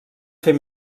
fer